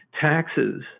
taxes